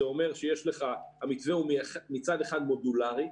המתווה מצד אחד הוא מודולרי,